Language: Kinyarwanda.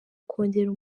kongera